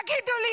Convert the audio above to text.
תגידו לי,